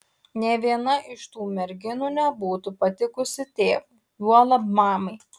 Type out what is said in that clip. nė viena iš tų merginų nebūtų patikusi tėvui juolab mamai